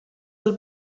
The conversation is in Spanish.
del